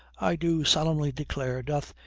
i do solemnly declare doth,